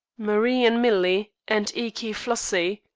marie and millie, and eke flossie,